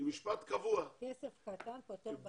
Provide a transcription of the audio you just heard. משפט קבוע --- כסף קטן פותר בעיות גדולות.